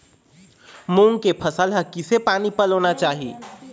मूंग के फसल म किसे पानी पलोना चाही?